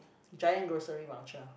giant grocery voucher